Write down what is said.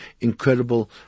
incredible